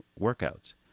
workouts